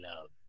love